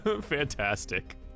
Fantastic